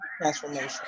transformation